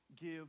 give